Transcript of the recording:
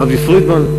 אבי פרידמן,